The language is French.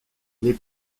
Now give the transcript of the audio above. les